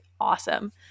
awesome